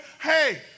hey